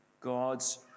God's